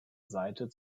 seite